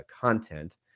content